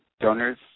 donors